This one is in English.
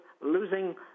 losing